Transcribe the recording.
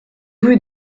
rue